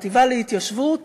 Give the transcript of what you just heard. לחטיבה להתיישבות